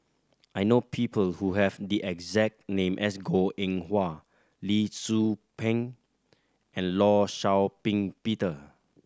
I know people who have the exact name as Goh Eng Wah Lee Tzu Pheng and Law Shau Ping Peter